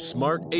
Smart